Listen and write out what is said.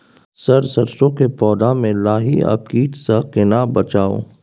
Sir सरसो के पौधा में लाही आ कीट स केना बचाऊ?